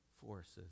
forces